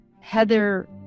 heather